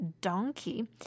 donkey